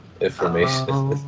information